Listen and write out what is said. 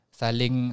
saling